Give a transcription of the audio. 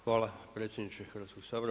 Hvala predsjedniče Hrvatskog sabora.